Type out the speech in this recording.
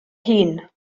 hun